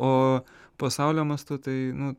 o pasaulio mastu tai nu